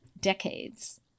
decades